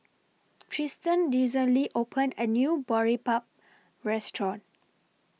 Tristan recently opened A New Boribap Restaurant